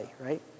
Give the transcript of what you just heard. right